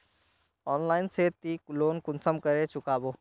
Online से ती loan कुंसम करे चुकाबो?